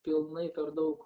pilnai per daug